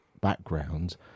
backgrounds